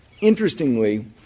interestingly